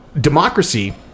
democracy